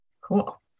Cool